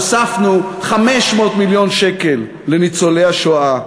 הוספנו 500 מיליון שקל לניצולי השואה.